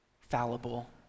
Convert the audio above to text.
fallible